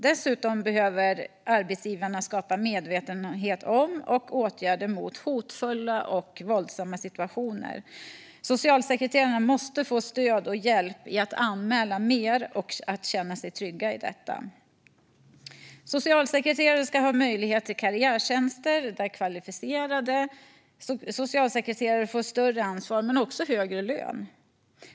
Dessutom behöver arbetsgivarna skapa medvetenhet om och åtgärder mot hotfulla och våldsamma situationer. Socialsekreterarna måste få stöd och hjälp i att anmäla mer och känna sig trygga i detta. Socialsekreterare ska ha möjlighet till karriärtjänster där kvalificerade socialsekreterare får större ansvar men också högre lön.